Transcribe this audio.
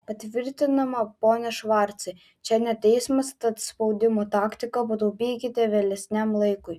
patvirtinama pone švarcai čia ne teismas tad spaudimo taktiką pataupykite vėlesniam laikui